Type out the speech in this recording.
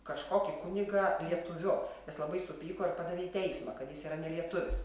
kažkokį kunigą lietuviu tas labai supyko ir padavė į teismą kad jis yra nelietuvis